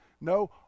No